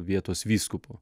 vietos vyskupo